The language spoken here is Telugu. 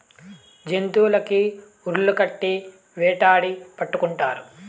జంతులకి ఉర్లు కట్టి వేటాడి పట్టుకుంటారు